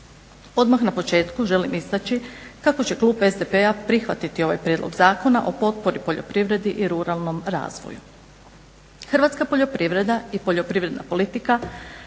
Odmah na početku želim istaći kako će klub SDP-a prihvatiti ovaj prijedloga zakona o potpori poljoprivredi i ruralnom razvoju. Hrvatska poljoprivreda i poljoprivredna politika